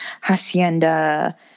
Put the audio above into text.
hacienda